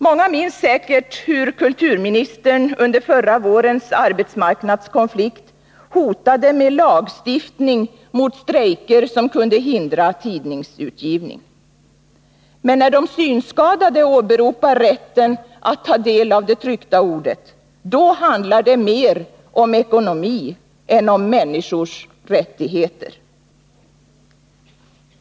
Många minns säkert att kulturministern under förra vårens arbetsmarknadskonflikt hotade med lagstiftning mot strejker som kunde hindra tidningsutgivning. Men när de synskadade åberopar rätten att ta del av det tryckta ordet, då handlar det mer om ekonomi än om människors rättigheter.